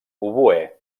oboè